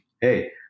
hey